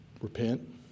Repent